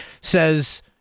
says